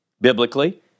biblically